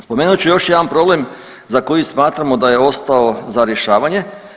Spomenut ću još jedan problem za koji smatramo da je ostao za rješavanje.